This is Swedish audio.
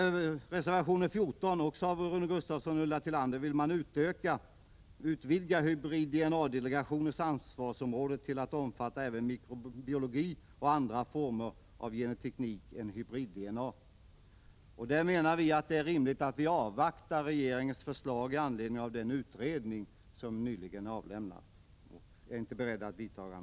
I reservation 14, också den av Rune Gustavsson och Ulla Tillander, vill man utvidga hybrid-DNA-delegationens ansvarsområde till att omfatta även mikrobiologi och andra former av genteknik än hybrid-DNA. Utskottsmajoriteten menar att det är rimligt att avvakta regeringens förslag med anledning av den utredning som nyligen avlämnats och är inte beredd vidta några åtgärder.